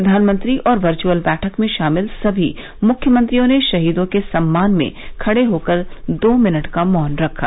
प्रधानमंत्री और वर्च्यअल बैठक में शामिल समी मुख्यमंत्रियों ने शहीदों के सम्मान में खड़े होकर दो मिनट का मौन रखा